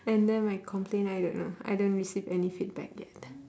and then my complain I don't know I don't receive any feedback yet